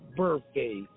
birthday